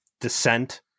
descent